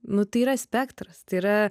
nu tai yra spektras tai yra